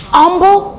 humble